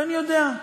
ואני יודע,